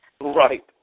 Right